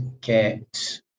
get